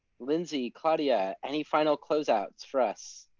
lindsay, claudia, any final closeouts for us?